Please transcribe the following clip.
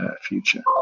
future